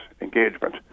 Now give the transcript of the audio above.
engagement